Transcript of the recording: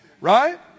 Right